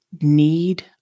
need